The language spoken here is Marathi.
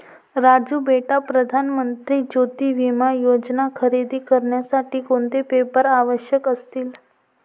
राजू बेटा प्रधान मंत्री ज्योती विमा योजना खरेदी करण्यासाठी कोणते पेपर आवश्यक असतील?